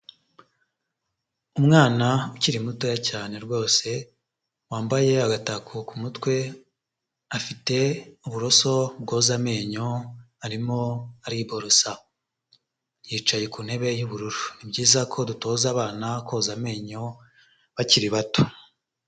Umwana ukiri mutoya cyane rwose, wambaye agatako ku mutwe, afite uburoso bwoza amenyo arimo ariborosa. Yicaye ku ntebe y'ubururu ni byiza ko dutoza abana koza amenyo bakiri bato.